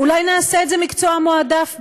אולי נעשה את זה מקצוע מועדף בכלל,